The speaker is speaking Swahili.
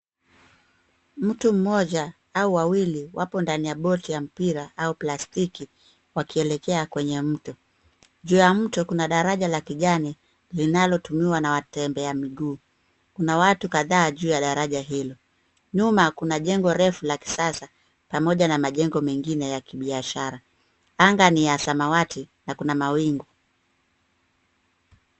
Mtu mmoja au wawili wapo ndani ya boti ya mpira au plastiki wakielekea kwenye mto. Juu ya mto kuna daraja la kijani linalo tumiwa na watembea miguu kuna watu kadhaa juu ya daraja hii. Nyuma kuna jengo refu la kisasa na moja ya majengo mengine ya kibiashara. Anga ni ya samawati na kuna mawingu.